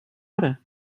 hora